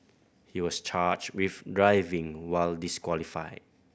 he was charged with driving while disqualified